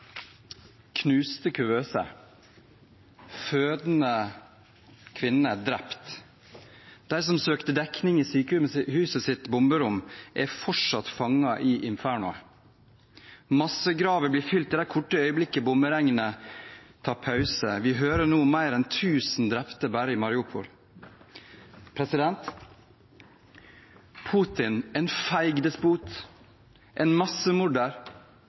Knuste kuvøser, fødende kvinner drept. De som søkte dekning i sykehusets bomberom, er fortsatt fanget i infernoet. Massegraver blir fylt i det korte øyeblikket bomberegnet tar pause. Vi hører nå at det er mer enn 1 000 drepte bare i Mariupol. Putin – en feig despot, en